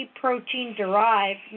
protein-derived